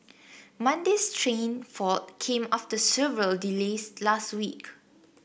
Monday's train fault came after several delays last week